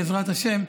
בעזרת השם.